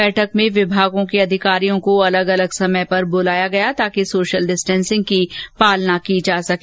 बैठक में विभागों के अधिकारियों को अलग अलग समय बुलाया गया ताकि सोशल डिस्टेंसिंग की पालना हो सके